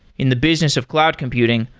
in the business of cloud computing,